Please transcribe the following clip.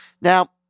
Now